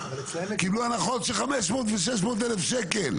קיבלו הנחות של 500 ו-600 אלף שקלים,